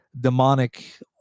demonic